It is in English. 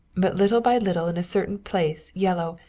but little by little in a certain place yellow,